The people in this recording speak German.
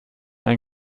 ein